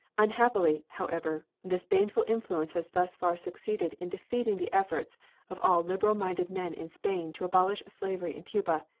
unhappily, however, this baneful influence has thus far succeeded in defeating the efforts of all liberal-minded men in spain to abolish slavery in cuba,